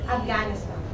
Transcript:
Afghanistan